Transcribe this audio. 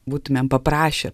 būtumėm paprašę